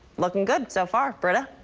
looking good so far. britta?